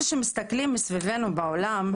כשמסתכלים מסביבנו בעולם,